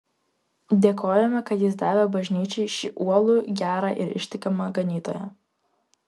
dėkojame kad jis davė bažnyčiai šį uolų gerą ir ištikimą ganytoją